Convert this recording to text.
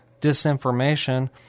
disinformation